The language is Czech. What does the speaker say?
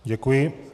Děkuji.